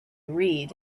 read